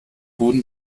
wurden